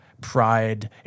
pride